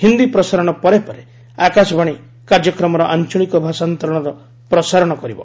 ହିନ୍ଦୀ ପ୍ରସାରଣ ପରେ ପରେ ଆକାଶବାଣୀ କାର୍ଯ୍ୟକ୍ରମର ଆଞ୍ଚଳିକ ଭାଷାନ୍ତରଣର ପ୍ରସାରଣ କରିବ